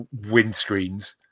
windscreens